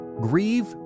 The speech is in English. Grieve